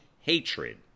hatred